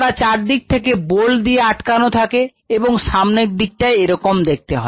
তারা চারদিক থেকে বোল্ড দিয়ে আটকানো থাকে এবং সামনের দিকটায় রকম দেখতে হয়